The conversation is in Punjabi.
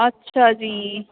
ਅੱਛਾ ਜੀ